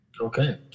Okay